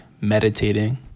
meditating